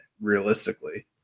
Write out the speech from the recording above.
Realistically